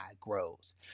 grows